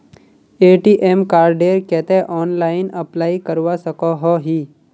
ATM कार्डेर केते online apply करवा सकोहो ही?